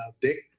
Dick